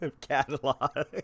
Catalog